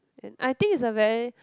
and I think it's a very